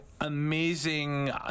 amazing